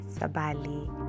sabali